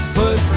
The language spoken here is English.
put